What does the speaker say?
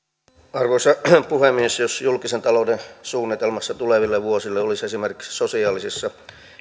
arvoisa puhemies jos julkisen talouden suunnitelmassa tuleville vuosille olisi esimerkiksi sosiaalisissa